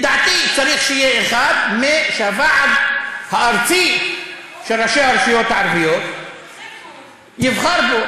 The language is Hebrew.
לדעתי צריך שיהיה אחד שהוועד הארצי של ראשי הרשויות הערביות יבחר בו,